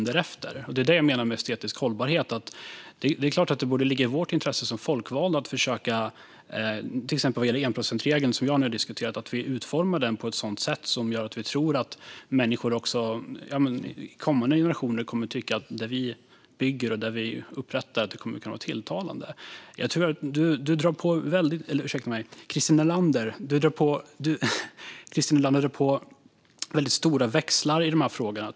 Det är det jag menar med estetisk hållbarhet. Det är klart att det borde ligga i vårt intresse som folkvalda att exempelvis försöka utforma enprocentsregeln, som jag har diskuterat, på ett sådant sätt att också kommande generationer kommer att tycka att det vi bygger och upprättar är tilltalande. Christer Nylander drar väldigt stora växlar i de här frågorna.